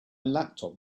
laptop